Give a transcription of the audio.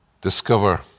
Discover